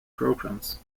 programmes